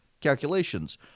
calculations